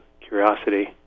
curiosity